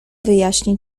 wyjaśnię